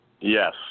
Yes